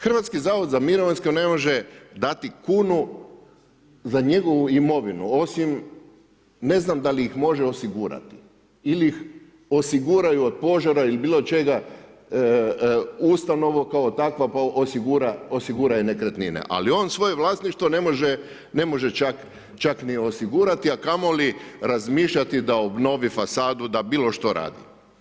HZMO ne može dati kunu za njegovu imovinu osim ne znam da li ih može osigurati ili ih osiguraju od požara ili bilo čega ustanova kao takva pa osigura i nekretnine, ali on svoje vlasništvo ne može čak ni osigurati, a kamoli razmišljati da obnovi fasadu, da bilo što radi.